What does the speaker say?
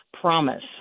promise